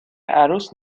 عروس